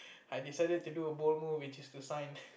I decided to do a bold move which is to sign